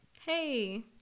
hey